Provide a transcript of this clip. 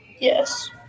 Yes